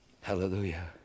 Hallelujah